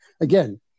again